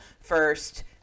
first